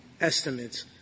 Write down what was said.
estimates